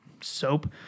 soap